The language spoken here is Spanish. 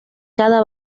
cada